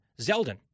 Zeldin